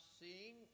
seeing